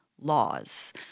laws